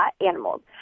animals